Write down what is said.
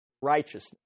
righteousness